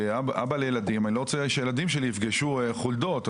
כאבא לילדים אני לא רוצה שהילדים שלי יפגשו חולדות.